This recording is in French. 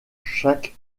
chaque